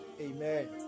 Amen